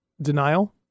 Denial